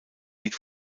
lied